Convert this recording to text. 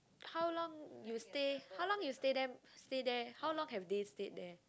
how long you stay how long you stay them stay there how long have they stayed there